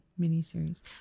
miniseries